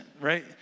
right